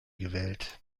gewählt